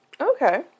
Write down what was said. Okay